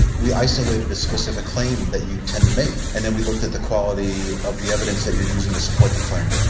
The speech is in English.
we isolated a specific claim that you tend to make and then we looked at the quality of the evidence that you're using to support the claim.